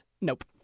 Nope